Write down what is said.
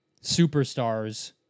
superstars